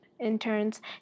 interns